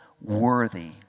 worthy